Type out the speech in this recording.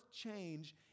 change